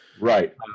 Right